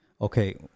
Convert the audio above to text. Okay